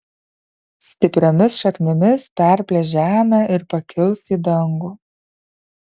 stipriomis šaknimis perplėš žemę ir pakils į dangų